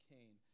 Cain